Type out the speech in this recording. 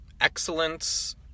excellence